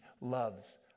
loves